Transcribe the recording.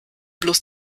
bloß